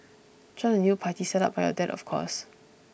join the new party set up by your dad of course